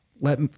Let